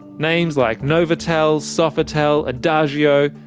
names like novotel, sofitel, adagio,